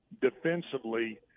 defensively